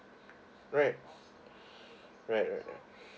right right right right